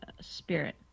Spirit